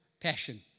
passion